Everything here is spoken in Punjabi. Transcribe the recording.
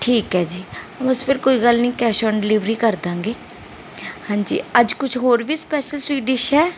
ਠੀਕ ਹੈ ਜੀ ਬਸ ਫਿਰ ਕੋਈ ਗੱਲ ਨੀ ਕੈਸ਼ ਓਨ ਡਿਲੀਵਰੀ ਕਰ ਦਾਂਗੇ ਹਾਂਜੀ ਅੱਜ ਕੁਝ ਹੋਰ ਵੀ ਸਪੈਸ਼ਲ ਸਵੀਟ ਡਿਸ਼ ਹੈ